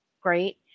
great